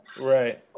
right